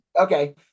Okay